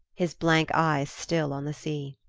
his blank eyes still on the sea.